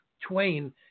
Twain